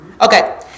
Okay